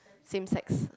same sex